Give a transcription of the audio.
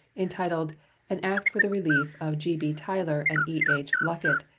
entitled an act for the relief of g b. tyler and e h. luckett,